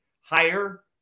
higher